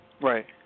Right